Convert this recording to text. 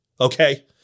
okay